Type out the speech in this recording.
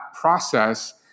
process